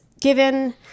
given